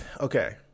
okay